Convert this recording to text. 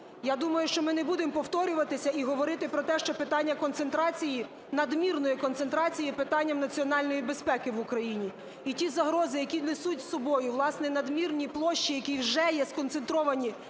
Я думаю, що ми не будемо повторюватися і говорити про те, що питання концентрації, надмірної концентрації є питанням національної безпеки в Україні. І ті загрози, які несуть із собою, власне, надмірні площі, які вже є сконцентровані